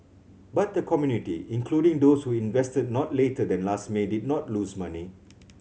but the community including those who invested not later than last May did not lose money